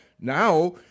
now